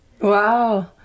Wow